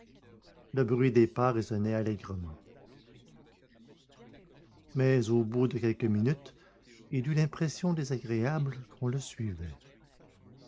le bruit des pas résonnait allègrement mais au bout de quelques minutes il eut l'impression désagréable qu'on le suivait